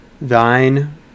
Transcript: Thine